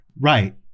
Right